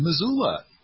Missoula